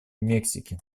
мексики